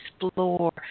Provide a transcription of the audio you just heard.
explore